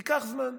ייקח זמן.